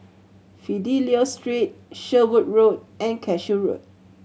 Fidelio Street Sherwood Road and Cashew Road